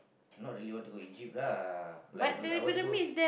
not really want to go Egypt lah like because I want to go